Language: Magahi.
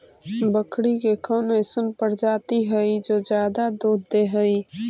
बकरी के कौन अइसन प्रजाति हई जो ज्यादा दूध दे हई?